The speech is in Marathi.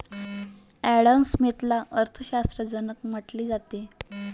ॲडम स्मिथला अर्थ शास्त्राचा जनक म्हटले जाते